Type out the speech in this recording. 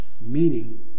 meaning